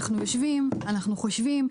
אנחנו יושבים, חושבים.